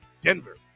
Denver